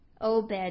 Obed